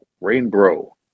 Rainbow